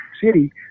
City